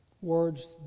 Words